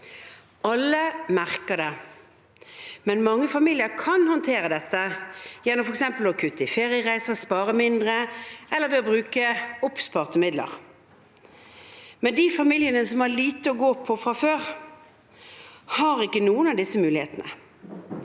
Alle merker det, men mange familier kan håndtere dette gjennom f.eks. å kutte i feriereiser, spare mindre eller bruke oppsparte midler. De familiene som har lite å gå på fra før, har imidlertid ikke noen av disse mulighetene.